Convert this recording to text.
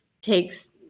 takes –